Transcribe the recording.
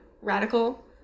radical